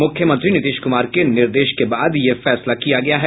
मुख्यमंत्री नीतीश कुमार के निर्देश के बाद यह फैसला किया गया है